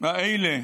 האלה